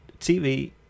TV